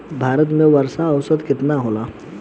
भारत में वर्षा औसतन केतना होला?